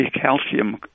calcium